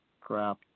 crap